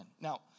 Now